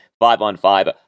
five-on-five